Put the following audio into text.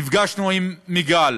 נפגשנו עם מיג"ל,